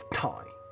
time